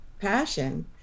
passion